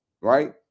right